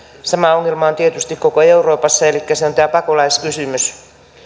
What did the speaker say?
sama ongelma on tietysti koko euroopassa elikkä se on tämä pakolaiskysymys